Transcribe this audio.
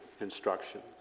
instruction